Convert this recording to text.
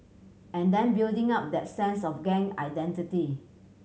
and then building up that sense of gang identity